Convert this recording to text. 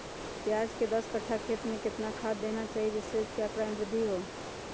प्याज के दस कठ्ठा खेत में कितना खाद देना चाहिए जिससे उसके आंकड़ा में वृद्धि हो?